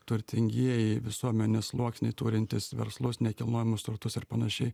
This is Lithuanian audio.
turtingieji visuomenės sluoksniai turintys verslus nekilnojamus turtus ar panašiai